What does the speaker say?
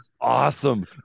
Awesome